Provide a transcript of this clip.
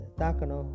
takano